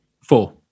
Four